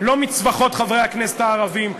לא מצווחות חברי הכנסת הערבים,